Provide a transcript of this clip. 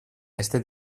este